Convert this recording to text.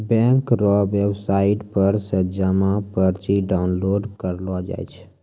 bank रो website पर से जमा पर्ची डाउनलोड करेलो जाय छै